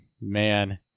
Man